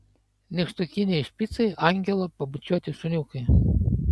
nykštukiniai špicai angelo pabučiuoti šuniukai